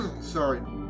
Sorry